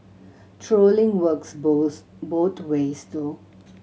trolling works both ways though